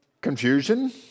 confusion